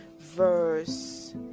verse